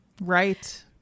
right